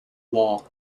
wall